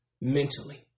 Mentally